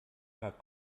paar